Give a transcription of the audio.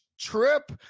trip